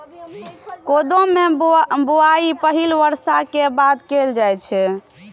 कोदो के बुआई पहिल बर्षा के बाद कैल जाइ छै